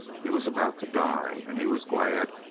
he was about to die, and he was glad,